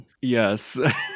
Yes